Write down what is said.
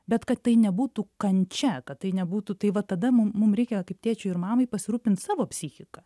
bet kad tai nebūtų kančia kad tai nebūtų tai va tada mum mum reikia kaip tėčiui ir mamai pasirūpint savo psichika